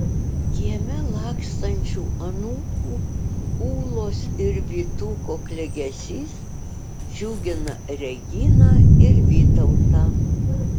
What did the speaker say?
kieme lakstančių anūkų ūlos ir vytuko klegesys džiugina reginą ir vytautą